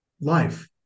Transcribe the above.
life